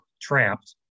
trapped